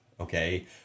Okay